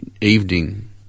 evening